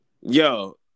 Yo